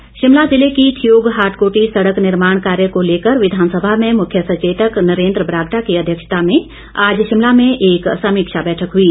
समीक्षा बैठक शिमला जिले की ठियोग हाटकोटी सड़क निर्माण कार्य को लेकर विधानसभा में मुख्य सचेतक नरेंद्र बरागटा की अध्यक्षता में आज शिमला में एक समीक्षा बैठक हुई